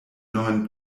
neuen